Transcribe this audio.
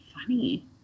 funny